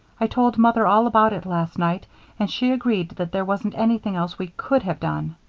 i told mother all about it last night and she agreed that there wasn't anything else we could have done.